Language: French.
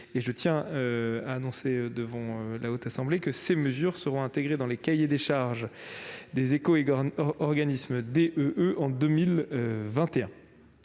Je tiens à annoncer à la Haute Assemblée que ces mesures seront intégrées dans les cahiers des charges des éco-organismes de